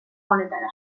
honetara